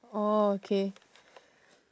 oh K